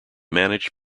managed